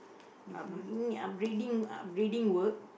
upgrading upgrading uprgrading work